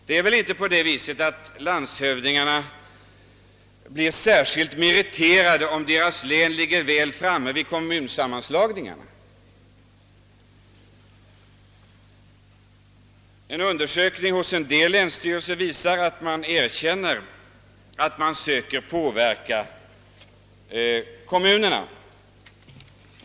Det är väl inte på det sättet att landshövdingarna blir särskilt meriterade om deras län ligger väl framme vid kommunsammanslagningarna? En undersökning hos en del länsstyrelser visar att man erkänner att man söker påverka kommunerna.